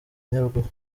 nyaruguru